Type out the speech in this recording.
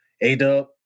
A-Dub